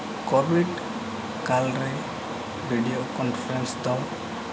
covid ᱠᱟᱞ ᱨᱮ video conference ᱫᱚ